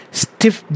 stiff